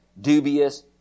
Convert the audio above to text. dubious